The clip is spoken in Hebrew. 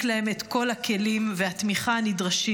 להעניק להם את כל הכלים והתמיכה הנדרשים